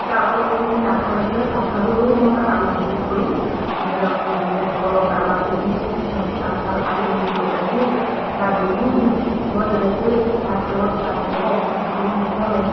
তাৰ উপৰি মোৰ তাঁতশাল আছে তাঁতশালো মই আৰু বৃদ্ধি কৰি ধৰি লওক মোৰ ওচৰৰ কাৰোবাক শিপিনীক মই তাঁতশাল আৰু এযোৰ এযোৰ বা দুযোৰ দি মই যেনেকেই তাঁতশালত তাঁত বওঁ শিপিনী হিচাপে